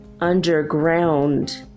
underground